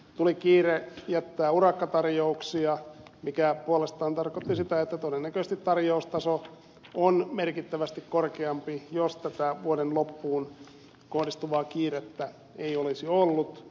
tuli kiire jättää urakkatarjouksia mikä puolestaan tarkoitti sitä että todennäköisesti tarjoustaso on merkittävästi korkeampi kuin jos tätä vuoden loppuun kohdistuvaa kiirettä ei olisi ollut